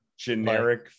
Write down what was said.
Generic